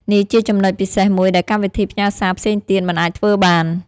នេះជាចំណុចពិសេសមួយដែលកម្មវិធីផ្ញើសារផ្សេងទៀតមិនអាចធ្វើបាន។